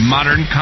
Modern